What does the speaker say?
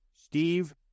Steve